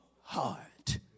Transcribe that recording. heart